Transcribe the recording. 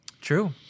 True